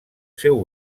seu